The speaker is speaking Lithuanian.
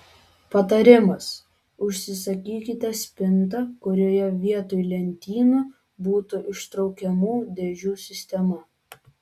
patarimas užsisakykite spintą kurioje vietoj lentynų būtų ištraukiamų dėžių sistema